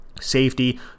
Safety